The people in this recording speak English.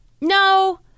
No